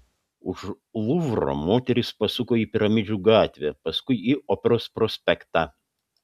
už luvro moterys pasuko į piramidžių gatvę paskui į operos prospektą